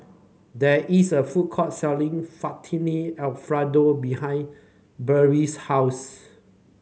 there is a food court selling Fettuccine Alfredo behind Berdie's house